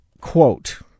Quote